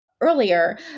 earlier